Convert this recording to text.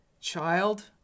child